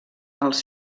els